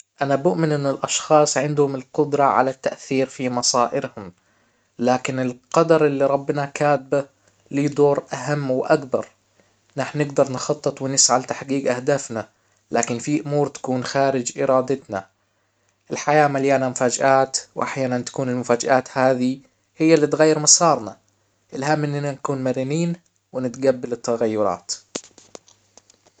انا بؤمن انه الاشخاص عندهم القدرة على التأثير في مصائرهم لكن القدر اللي ربنا كاتبه ليه دور اهم واكبر نحن نقدر نخطط ونسعى لتحقيق اهدافنا لكن في امور تكون خارج ارادتنا، الحياة مليانة مفاجآت واحيانا تكون المفاجآت هذي هي اللي تغير مسارنا الهم اننا نكون مرنين ونتقبل التغيرات